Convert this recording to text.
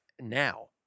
now